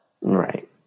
right